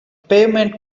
pavement